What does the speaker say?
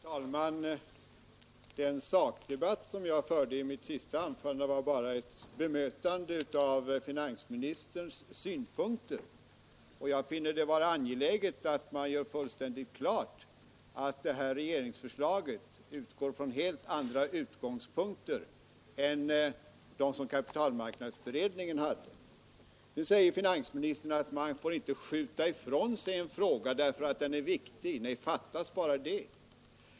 Herr talman! Den sakdebatt som jag förde i mitt senaste anförande var bara ett bemötande av finansministerns synpunkter, och jag finner det angeläget att man gör fullständigt klart att det här regeringsförslaget har helt andra utgångspunkter än kapitalmarknadsutredningen hade. Nu säger finansministern att man inte får skjuta ifrån sig en fråga därför att den är viktig. Nej, fattas bara!